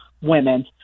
women